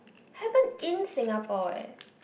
happen in Singapore eh